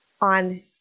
on